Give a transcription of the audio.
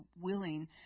willing